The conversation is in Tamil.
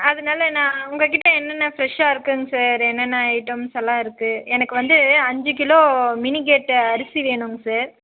அதனால நான் உங்கள் கிட்ட என்ன என்ன ஃபிரெஷாக இருக்குங்க சார் என்ன என்ன ஐட்டம்ஸ் எல்லாம் இருக்கு எனக்கு வந்து அஞ்சு கிலோ மினி கேட்டு அரிசி வேணுங்க சார்